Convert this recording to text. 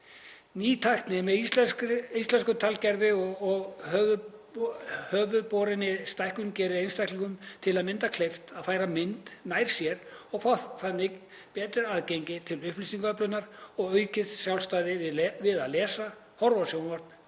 Ný tæki með íslenskum talgervli og höfuðborinni stækkun gera einstaklingum til að mynda kleift að færa mynd nær sér og fá þannig betra aðgengi til upplýsingaöflunar og aukið sjálfstæði við að lesa, horfa á sjónvarp